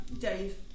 Dave